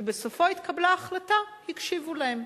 שבסופו התקבלה החלטה הקשיבו להם,